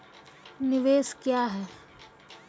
निवेश क्या है?